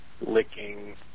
licking